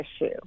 issue